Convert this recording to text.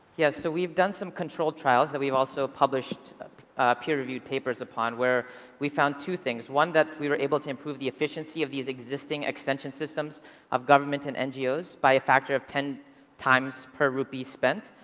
yeah so we've done some controlled trials that we've also published peer-reviewed papers upon where we found two things one, that we were able to improve the efficiency of these existing extension systems of government and ngos by a factor of ten times per rupees spent.